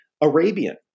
Arabian